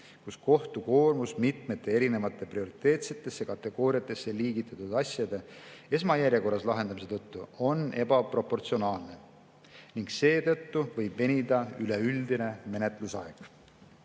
kus kohtu koormus mitmete erinevate prioriteetsetesse kategooriatesse liigitatud asjade esmajärjekorras lahendamise tõttu on ebaproportsionaalne ning seetõttu võib venida üleüldine menetlusaeg.